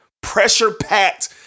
pressure-packed